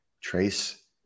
trace